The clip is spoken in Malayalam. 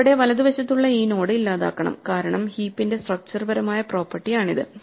ചുവടെ വലതുവശത്തുള്ള ഈ നോഡ് ഇല്ലാതാക്കണം കാരണം ഹീപ്പിന്റെ സ്ട്രക്ച്ചർ പരമായ പ്രോപ്പർട്ടി ആണിത്